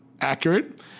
accurate